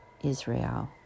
Israel